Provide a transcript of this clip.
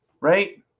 right